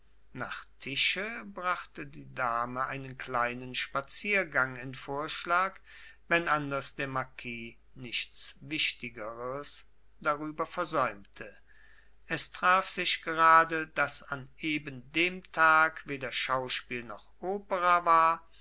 nach tische brachte die dame einen kleinen spaziergang in vorschlag wenn anders der marquis nichts wichtigeres darüber versäumte es traf sich gerade daß an eben dem tag weder schauspiel noch opera war